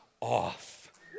off